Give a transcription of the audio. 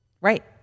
right